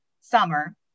summer